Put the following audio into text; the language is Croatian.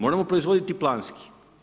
Moramo proizvoditi planski.